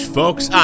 folks